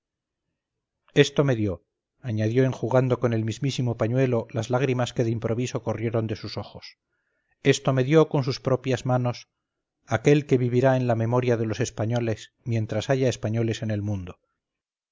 esto me dio añadió enjugando con el mismísimo pañuelo las lágrimas que de improviso corrieron de sus ojos esto me dio con sus propias manosaquel que vivirá en la memoria de los españoles mientras haya españoles en el mundo